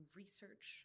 research